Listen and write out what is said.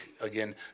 again